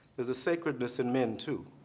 there's a sacredness in men too.